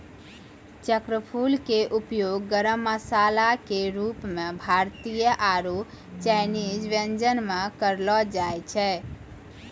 चक्रफूल के उपयोग गरम मसाला के रूप मॅ भारतीय आरो चायनीज व्यंजन म करलो जाय छै